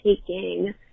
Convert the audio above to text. taking